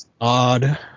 Odd